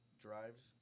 drives